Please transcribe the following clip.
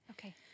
Okay